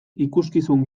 ikuskizun